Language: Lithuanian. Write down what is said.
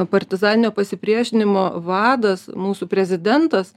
partizaninio pasipriešinimo vadas mūsų prezidentas